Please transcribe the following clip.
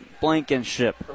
Blankenship